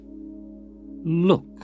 Look